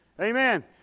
Amen